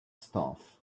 stuff